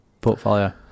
portfolio